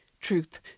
truth